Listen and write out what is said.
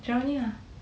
downing ah